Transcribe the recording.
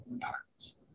parts